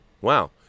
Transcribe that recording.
Wow